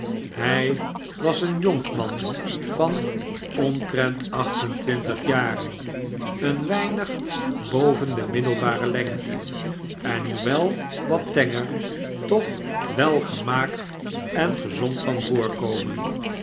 ffii was een jonkman van omtrent acht en twintig iaren een wisa maah md f lbare en hoewel wat tenger toch welgemaakt en gezond van